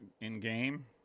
in-game